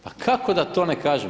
Pa kako da to ne kažem?